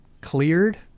cleared